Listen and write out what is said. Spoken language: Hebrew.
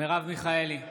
מרב מיכאלי,